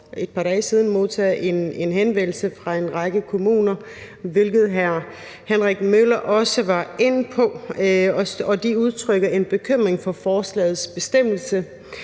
et par dage siden har modtaget en henvendelse fra en række kommuner, hvilket hr. Henrik Møller også var inde på, og de udtrykker en bekymring for forslagets bestemmelse